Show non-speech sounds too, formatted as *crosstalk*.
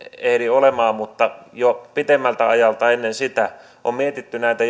ehdin olemaan mutta jo pitemmältä ajalta ennen sitä on mietitty näitä *unintelligible*